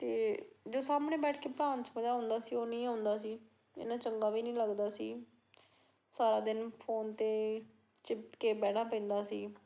ਅਤੇ ਜੋ ਸਾਹਮਣੇ ਬੈਠ ਕੇ ਪੜ੍ਹਾਉਣ 'ਚ ਮਜ਼ਾ ਆਉਂਦਾ ਸੀ ਉਹ ਨਹੀਂ ਆਉਂਦਾ ਸੀ ਇੰਨਾਂ ਚੰਗਾ ਵੀ ਨਹੀਂ ਲੱਗਦਾ ਸੀ ਸਾਰਾ ਦਿਨ ਫੋਨ 'ਤੇ ਚਿਪਕ ਕੇ ਬਹਿਣਾ ਪੈਂਦਾ ਸੀ